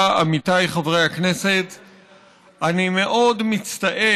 ואני מצטט: